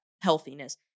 healthiness